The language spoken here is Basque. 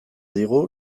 digu